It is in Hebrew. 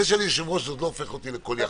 זה שאני יושב-ראש עוד לא הופך אותי לכל יכול.